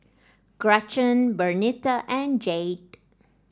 Gretchen Bernita and Jayde